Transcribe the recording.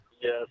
yes